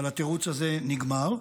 אבל התירוץ הזה נגמר,